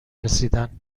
رسیدن